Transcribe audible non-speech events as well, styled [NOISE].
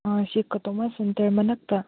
ꯑꯥ ꯁꯤ [UNINTELLIGIBLE] ꯃꯅꯥꯛꯇ